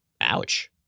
Ouch